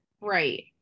Right